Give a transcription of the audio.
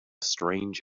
strange